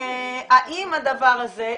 האם הדבר הזה,